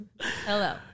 Hello